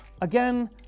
again